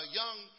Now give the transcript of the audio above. young